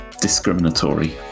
discriminatory